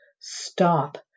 stop